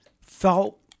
felt